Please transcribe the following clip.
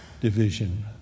division